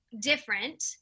different